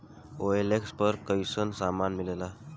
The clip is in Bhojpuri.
ओ.एल.एक्स पर कइसन सामान मीलेला?